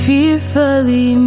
Fearfully